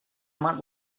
might